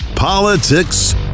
Politics